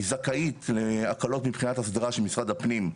היא זכאית להקלות מבחינת הסדרה של משרד הפנים,